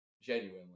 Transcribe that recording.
Genuinely